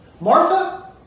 Martha